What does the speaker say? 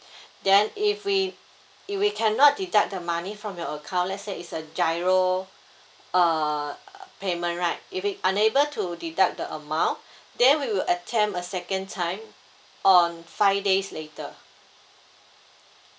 then if we if we cannot deduct the money from your account let's say it's a giro err payment right if we unable to deduct the amount then we will attempt a second time on five days later